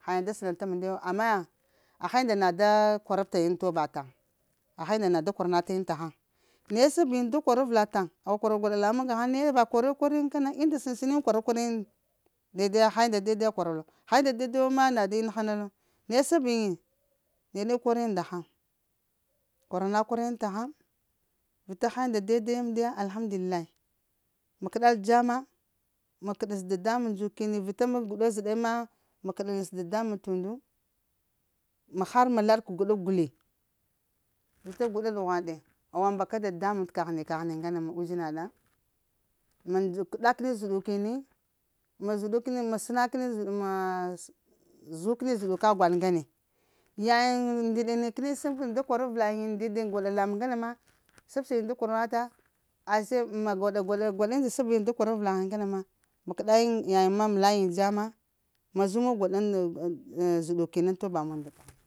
Ha yiŋ da sən ənta mandewo, amma ha inda na da kwarabta yiŋ ŋ to ba taŋ,? Ha unda na da kwara na tayiŋ tahaŋ, naye sab yiŋ da kor avəla taŋ awa kwara gwaɗa lamuŋ gahaŋ na ye va kore kor yiŋ kana inda sən səna yiŋ kwara kwara yiŋ daidai ya ha inda dai daiwo da kwara lo ha unda daidayu ma na da ina hana lo naye sab yiŋi neɗe kor yiŋ nda haŋ kwara na kwara yiŋ ta haŋ vita ha unda daidai ya amndiya alhamdulillahi ma kəɗal dza ma, ma kəɗes dadamuŋ ndzukini vita ma gwaɗa zəɗe ma, ma kədə nes damuŋ t’ undu, ma har ma laɗ k’ gwada guli vita gwaɗa ɗuhwan ɗe. Awa mbaka dadamuŋ t’ kaghini, kaghini ŋgana ma uzina ɗa ma ndzuk ma kəɗa kəni zəɗukini, ma zuɗukini ma sən kəni zəɗ maa zukini zəɗuka gwaɗ ŋgane, yayiŋ ndiɗa ni kəni sab kin da kor avəla yiŋ ndiɗin gwaɗo lamuŋ ŋgana ma sabsa yiŋ da kwara wata ase dem gwaɗa gwaɗa sab yiŋ da kor avəla yiŋ ŋgana ma ma kəɗa yiŋ yayiŋ ma la yiŋ dzama ma zu mu wa gwaɗanda ŋ zəɗukini ŋ toba muwa nda kaghini,